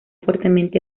fuertemente